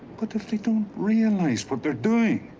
what if they don't realize what they're doing?